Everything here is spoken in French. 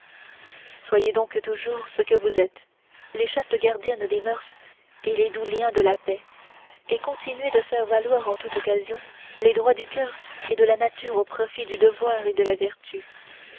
soyez donc toujours ce que vous êtes les chastes gardiennes des mœurs et les doux liens de la paix et continuez de faire valoir en toute occasion les droits du cœur et de la nature au profit du devoir et de la vertu